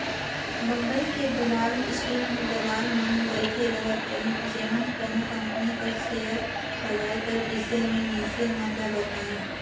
बंबई के दलाल स्टीक में दलाल मन बइठे रहत रहिन जेमन कोनो कंपनी कर सेयर लगाए कर बिसे में मइनसे मन ल बतांए